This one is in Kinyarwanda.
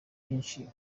nyinshi